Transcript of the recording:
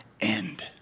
end